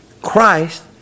Christ